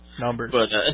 Numbers